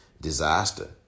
disaster